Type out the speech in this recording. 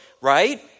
right